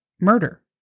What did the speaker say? murder